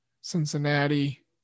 Cincinnati